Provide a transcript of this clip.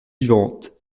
vivante